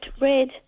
red